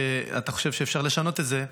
שאתה חושב שאפשר לשנות את זה,